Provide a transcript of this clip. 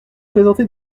présenter